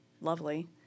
lovely